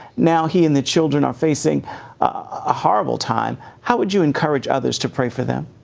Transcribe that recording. now he and the children are facing a horrible time. how would you encourage others to pray for them?